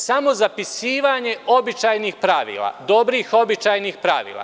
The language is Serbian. Samo zapisivanje običajnih pravila, dobrih običajnih pravila.